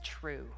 true